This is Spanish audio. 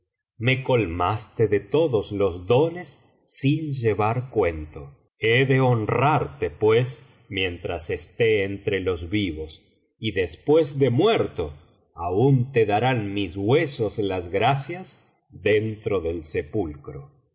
me colmaste de todos los dones sin llevar cuenta he de honrarte pites mientras esté entre los vivos y después de muerto aún te darán mis huesos las gracias dentro del septdcro